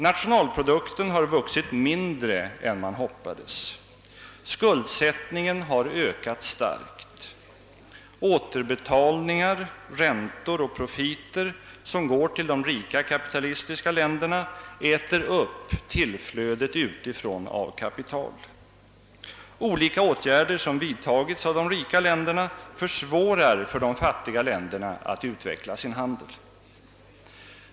Nationalprodukten har vuxit mindre än man hoppades. Skuldsättningen har ökat starkt. Återbetalningar, räntor och profiter som går till de rika kapitalistiska länderna äter upp tillflödet utifrån av kapital. Olika åtgärder som vidtagits av de rika länderna gör det svårare för de fattiga länderna att utveckla sin handel.